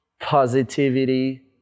positivity